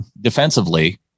defensively